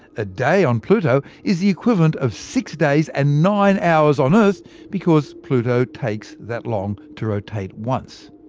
a day on pluto is the equivalent of six days and nine hours on earth because pluto takes that long to rotate once.